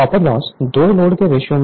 copper loss 2 load के ratio में होता है